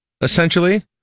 essentially